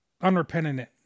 unrepentant